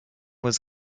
was